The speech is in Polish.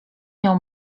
miał